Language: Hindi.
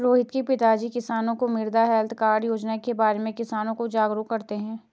रोहित के पिताजी किसानों को मृदा हैल्थ कार्ड योजना के बारे में किसानों को जागरूक करते हैं